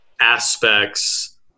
aspects